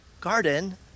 garden